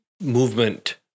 movement